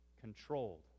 controlled